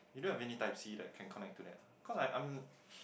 you don't have any type C that can connect to that cause I I'm